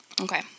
Okay